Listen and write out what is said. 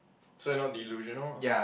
so you're not delusional ah